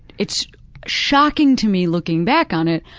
it's shocking to me looking back on it,